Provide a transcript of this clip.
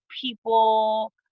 people